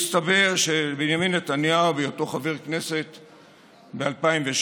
הסתבר שלבנימין נתניהו, בהיותו חבר כנסת ב-2007,